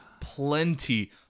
plenty